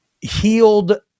healed